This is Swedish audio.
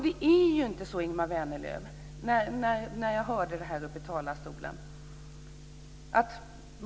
Det är inte som jag hörde från talarstolen, Ingemar Vänerlöv.